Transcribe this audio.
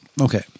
okay